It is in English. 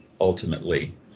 ultimately